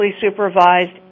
supervised